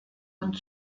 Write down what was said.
und